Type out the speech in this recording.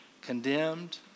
condemned